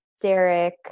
Derek